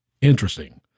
interesting